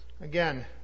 Again